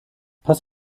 pass